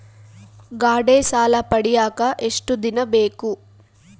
ಗಾಡೇ ಸಾಲ ಪಡಿಯಾಕ ಎಷ್ಟು ದಿನ ಬೇಕು?